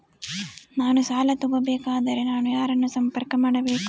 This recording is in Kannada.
ನಾನು ಸಾಲ ತಗೋಬೇಕಾದರೆ ನಾನು ಯಾರನ್ನು ಸಂಪರ್ಕ ಮಾಡಬೇಕು?